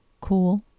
Cool